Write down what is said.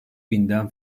binden